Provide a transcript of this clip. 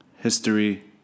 History